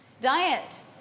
diet